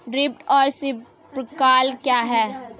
Drip और sprinkler क्या हैं?